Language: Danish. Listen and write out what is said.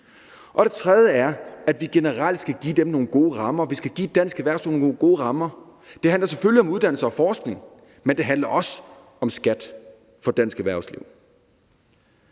Det tredje er, at vi generelt skal give dem nogle gode rammer. Vi skal give dansk erhvervsliv nogle gode rammer. Det handler selvfølgelig om uddannelse og forskning, men det handler også om skat for dansk erhvervsliv.